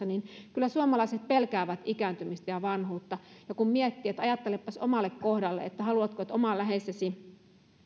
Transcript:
niin että kyllä suomalaiset pelkäävät ikääntymistä ja vanhuutta kun miettii että ajattelepas omalle kohdalle että haluatko että oma läheisesi